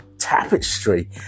tapestry